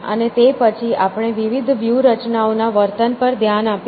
અને તે પછી આપણે વિવિધ વ્યૂહરચનાઓના વર્તન પર ધ્યાન આપીશું